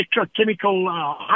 electrochemical